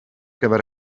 gyfer